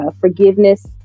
forgiveness